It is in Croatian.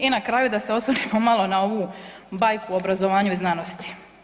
I na kraju da se osvrnemo malo na ovu bajku o obrazovanju i znanosti.